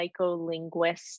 psycholinguist